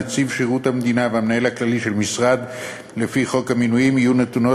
נציב שירות המדינה ומנהל כללי של משרד לפי חוק המינויים יהיו נתונות,